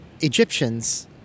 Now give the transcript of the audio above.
Egyptians